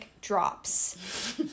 drops